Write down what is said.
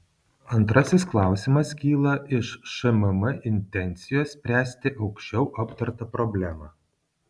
antrasis klausimas kyla iš šmm intencijos spręsti aukščiau aptartą problemą